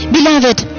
Beloved